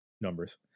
numbers